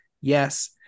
yes